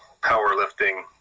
powerlifting